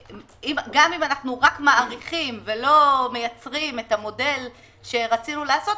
שגם אם אנחנו רק מאריכים ולא מייצרים את המודל שרצינו לעשות,